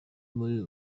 muri